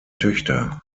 töchter